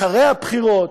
אחרי הבחירות.